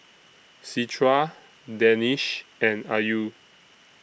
Citra Danish and Ayu